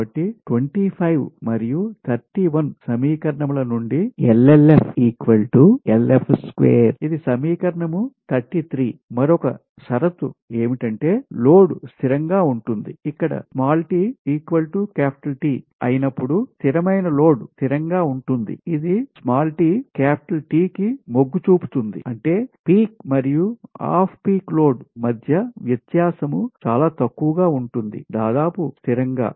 కాబట్టి 25 మరియు 31 సమీకరణం నుండి ఇది సమీకరణం 33 మరొక షరతు ఏమిటంటే లోడ్ స్థిరంగా ఉంటుంది ఇక్కడ t T ఐనప్పుడుకి చేరినపుడు స్థిరమైన లోడ్ స్థిరంగా ఉంటుంది ఇది t T కి మొగ్గు చూపుతుంది అంటే పీక్ మరియు ఆఫ్ పీక్ లోడ్ మధ్య వ్యత్యాసం చాలా తక్కువగా ఉంటుందిదాదాపు స్థిరంగా